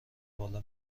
بالا